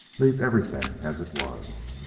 leave everything as it was!